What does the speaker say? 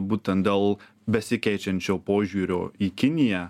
būtent dėl besikeičiančio požiūrio į kiniją